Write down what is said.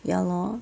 ya lor